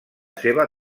seva